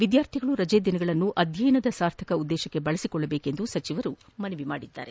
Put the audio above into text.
ವಿದ್ಕಾರ್ಥಿಗಳು ರಜೆ ದಿನಗಳನ್ನು ಅಧ್ಯಯನದ ಸಾರ್ಥಕ ಉದ್ವೇತಕ್ಕೆ ಬಳಸಿಕೊಳ್ಳುವಂತೆ ಸಚಿವರು ಮನವಿ ಮಾಡಿದರು